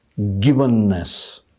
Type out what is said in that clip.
givenness